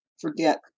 forget